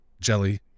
Jelly